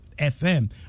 FM